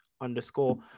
underscore